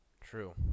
True